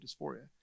dysphoria